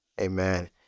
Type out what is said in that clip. Amen